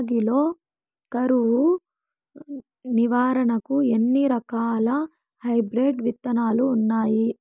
రాగి లో కరువు నివారణకు ఎన్ని రకాల హైబ్రిడ్ విత్తనాలు ఉన్నాయి